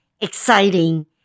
exciting